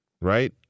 right